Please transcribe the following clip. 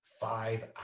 Five